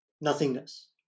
nothingness